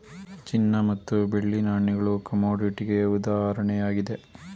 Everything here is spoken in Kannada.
ಚಿನ್ನ ಮತ್ತು ಬೆಳ್ಳಿ ನಾಣ್ಯಗಳು ಕಮೋಡಿಟಿಗೆ ಉದಾಹರಣೆಯಾಗಿದೆ